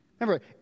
Remember